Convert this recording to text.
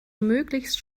möglichst